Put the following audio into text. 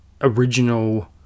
original